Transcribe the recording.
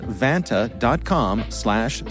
vanta.com/slash